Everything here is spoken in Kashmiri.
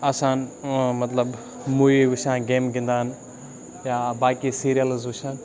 آسان مطلب موٗوی وٕچھان گیمہٕ گِنٛدان یا باقی سیٖریَلٕز وٕچھان